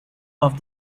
off